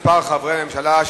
מספר חברי הממשלה),